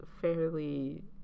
fairly